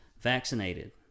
vaccinated